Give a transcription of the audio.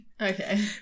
Okay